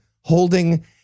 holding